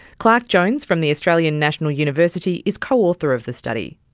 clarke jones from the australian national university is co-author of the study.